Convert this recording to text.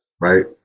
right